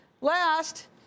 Last